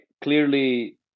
clearly